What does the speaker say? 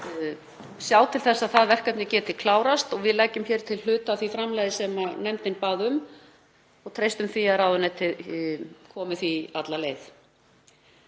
sjá til þess að það verkefni geti klárast. Við leggjum hér til hluta af því framlagi sem nefndin bað um og treystum því að ráðuneytið komi því alla leið.